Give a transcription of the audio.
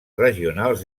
regionals